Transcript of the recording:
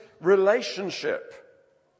relationship